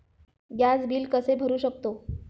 Gas bill कसे भरू शकतो?